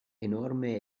enorme